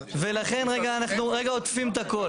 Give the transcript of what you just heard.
ולכן, רגע, אנחנו עוטפים את הכל.